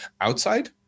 outside